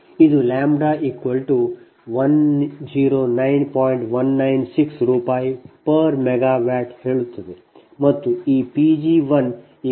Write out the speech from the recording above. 196 ರೂ ಮೆಗಾವ್ಯಾಟ್ ಹೇಳುತ್ತದೆ